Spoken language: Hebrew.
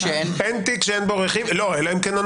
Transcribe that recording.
אין תיק שאין בו רכיב אלא אם כן,